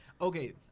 Okay